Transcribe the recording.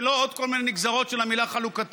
ולא עוד כל מיני נגזרות של המילה "חלוקתי".